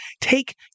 take